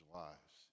lives